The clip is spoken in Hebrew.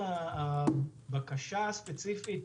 הבקשה הספציפית,